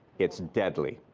it's deadly.